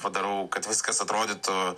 padarau kad viskas atrodytų